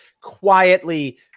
quietly